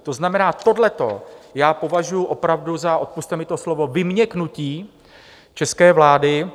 To znamená, tohleto já považuji opravdu za odpusťte mi to slovo vyměknutí české vlády.